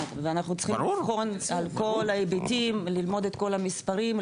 הזו ואנחנו צריכים לבחון את כל ההיבטים וללמוד את כל המספרים,